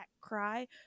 cry